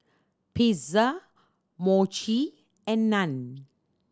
Pizza Mochi and Naan